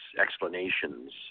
explanations